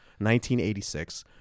1986